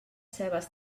cebes